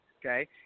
okay